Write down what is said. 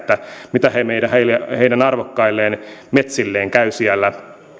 mitä heidän arvokkaille metsilleen käy siellä